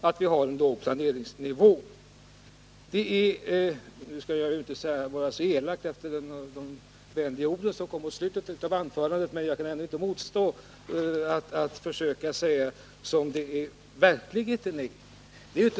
Efter de vänliga orden i slutet av statsrådets anförande skall jag inte vara elak, men jag måste ändå säga som det verkligen förhåller sig.